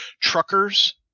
Truckers